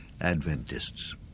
Adventists